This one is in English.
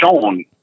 shown